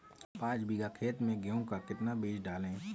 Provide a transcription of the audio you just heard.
पाँच बीघा खेत में गेहूँ का कितना बीज डालें?